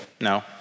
No